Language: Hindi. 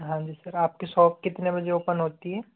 हाँ जी सर आपकी सॉप कितने बजे ओपन होती है